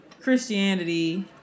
Christianity